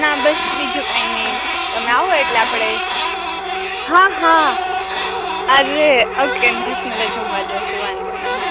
ના બસ બીજું કાઈ નઇ તમે આવો એટલે આપડે હા હા અરે ઓકે નેસનલે જમવા જસું વાંધોનઈ